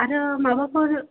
आरो माबाफोर